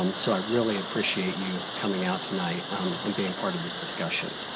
um so i really appreciate you coming out tonight and being part of this discussion.